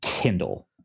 Kindle